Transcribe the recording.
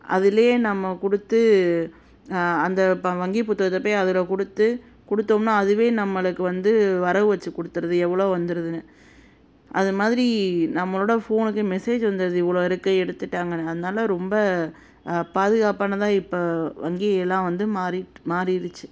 அதிலயே நம்ம கொடுத்து அந்த ப வங்கி புத்தகத்தை போய் அதில் கொடுத்து கொடுத்தோம்னா அதுவே நம்மளுக்கு வந்து வரவு வச்சு கொடுத்துருது எவ்வளோ வந்துருதுனு அதுமாதிரி நம்மளோடய ஃபோனுக்கே மெஸேஜ் வந்துருது இவ்ளோ இருக்கு எடுத்துட்டாங்கனு அதனால ரொம்ப பாதுகாப்பானதாக இப்போ வங்கிகள்லாம் வந்து மாறிட் மாறிடுச்சு